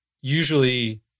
Usually